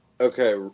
Okay